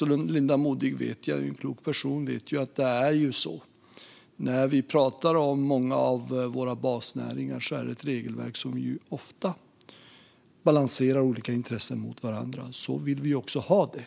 att Linda Modig är en klok person som känner till att det finns regelverk som ofta balanserar olika intressen mot varandra vad gäller många av våra basnäringar. Så vill vi också ha det.